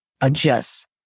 adjust